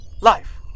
life